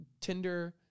tinder